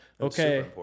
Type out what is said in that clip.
okay